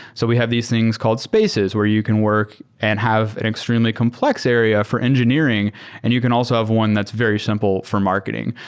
so we have these things called spaces where you can work and have an extremely complex area for engineering and you can also have one that's very simple for marketing.